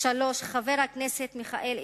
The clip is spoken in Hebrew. שלוש שנים חבר הכנסת מיכאל איתן,